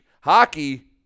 Hockey